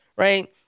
right